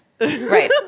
Right